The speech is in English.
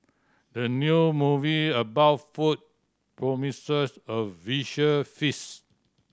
the new movie about food promises a visual feast